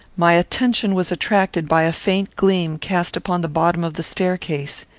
my attention was attracted by a faint gleam cast upon the bottom of the staircase.